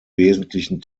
wesentlichen